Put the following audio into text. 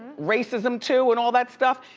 racism too and all that stuff,